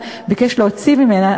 המוטרד.